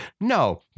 No